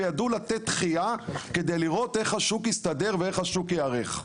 וידעו לתת דחייה כדי לראות איך השוק יתסדר ואיך השוק ייערך.